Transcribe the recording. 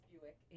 Buick